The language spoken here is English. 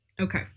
Okay